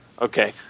Okay